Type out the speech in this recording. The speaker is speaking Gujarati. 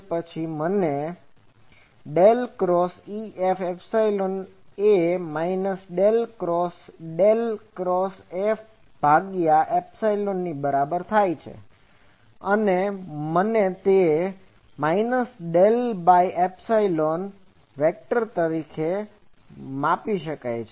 તેથી પછી મને ∇×EF 1F del cross EF epsilon એ minus del cross del cross F ભાગ્યા એપ્સીલોન ની બરાબર છે અને તે મને 1 minus del by epsilon vector ઓળખ આપે છે